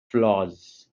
flaws